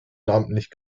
namentlich